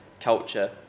culture